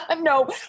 no